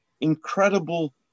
incredible